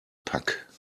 pack